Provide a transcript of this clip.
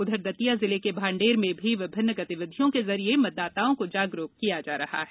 उधर दतिया जिले के भांडेर में भी विभिन्न गतिविधियों के जरिए मतदाताओं को जागरूक किया जा रहा है